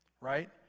right